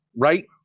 right